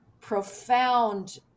profound